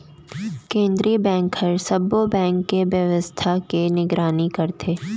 केंद्रीय बेंक ह सब्बो बेंक के बेवस्था के निगरानी करथे